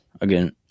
again